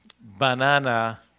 banana